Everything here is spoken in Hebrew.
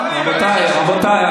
רבותיי,